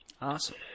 Awesome